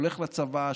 הולך לצבא,